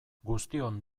guztion